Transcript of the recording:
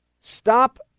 Stop